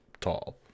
tall